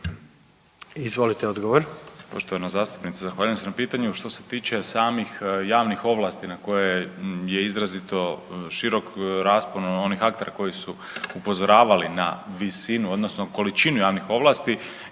Josip (HDZ)** Poštovana zastupnice zahvaljujem se na pitanju. Što se tiče samih javnih ovlasti na koje je izrazito širok raspon onih aktera koji su upozoravali na visinu, odnosno količinu javnih ovlasti,